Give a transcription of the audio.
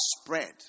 spread